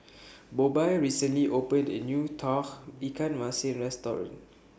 Bobbye recently opened A New Tauge Ikan Masin Restaurant